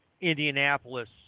Indianapolis